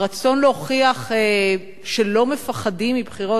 הרצון להוכיח שלא מפחדים מבחירות,